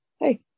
hey